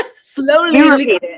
slowly